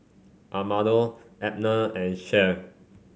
Armando Abner and Cheryll